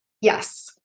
Yes